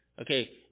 okay